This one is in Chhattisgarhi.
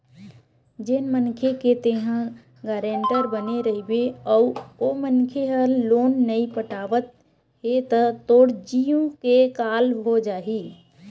जेन मनखे के तेंहा गारेंटर बने रहिबे अउ ओ मनखे ह लोन नइ पटावत हे त तोर जींव के काल हो जाही